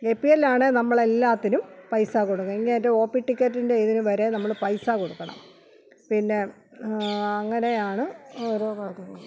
A P എല്ലാമാണെ നമ്മളെല്ലാറ്റിലും പൈസ കൊടുക്കുക ഇങ്ങേയറ്റം ഓ പി ടിക്കറ്റിൻ്റെ ഇതിനു വരെ നമ്മൾ പൈസ കൊടുക്കണം പിന്നെ അങ്ങനെയാണ് ഓരോ കാര്യങ്ങളും